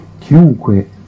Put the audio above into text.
Chiunque